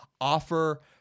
Offer